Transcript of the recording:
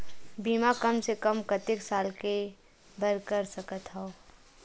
बीमा कम से कम कतेक साल के बर कर सकत हव?